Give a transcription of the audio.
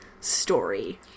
story